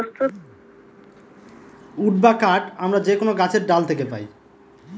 would বা কাঠ আমরা যে কোনো গাছের ডাল থাকে পাই